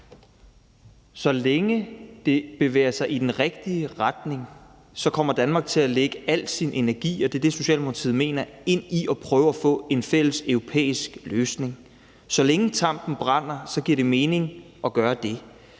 Så længe det bevæger sig i den rigtige retning, kommer Danmark til at lægge al sin energi – og det er det, Socialdemokratiet mener – i at prøve at få en fælles europæisk løsning. Så længe tampen brænder, giver det mening at gøre det.